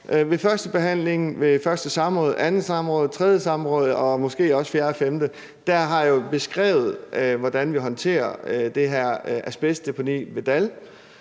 Ved førstebehandlingen og ved første samråd, andet samråd, tredje samråd og måske også fjerde og femte samråd har jeg jo beskrevet, hvordan vi håndterer det her asbestdeponi ved Dall,